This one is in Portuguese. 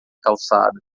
calçada